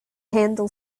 handle